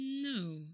No